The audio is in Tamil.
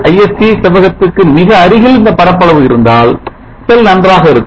Voc Isc செவ்வகத்துக்கு மிக அருகில் இந்த பரப்பளவு இருந்தால் செல் நன்றாக இருக்கும்